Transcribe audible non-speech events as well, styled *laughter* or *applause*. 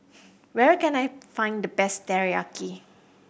*noise* where can I find the best Teriyaki